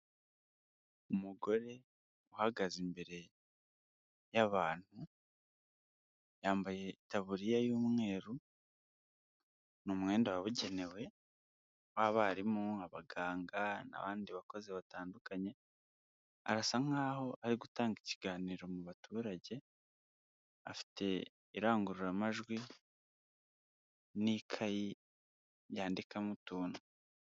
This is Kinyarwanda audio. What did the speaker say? Umugore uhagaze imbere y'abantu, yambaye itaburiya y'umweru (ni umwenda wabugenewe w'abarimu, abaganga n'abandi bakozi batandukanye. Arasa nkaho ari gutanga ikiganiro mu baturage afite indangururamajwi n'ikayi yandikamo utuntu.